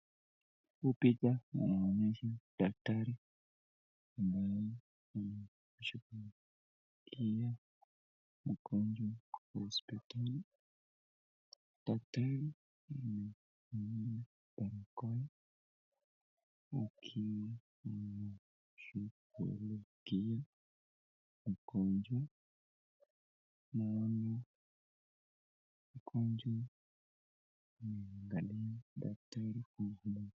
Hii picha inaoneshesha daktari ambaye anashughulikia mgonjwa katika hospitali. Daktari amebeba dawa kwa mkono akishughulikia mgonjwa .naona mgonjwa .